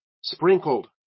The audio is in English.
Sprinkled